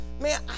Man